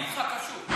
אני כבר קשוב.